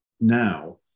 now